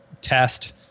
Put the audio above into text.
test